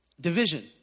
division